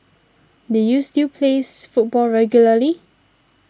do you still plays football regularly